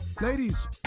Ladies